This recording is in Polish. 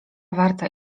warta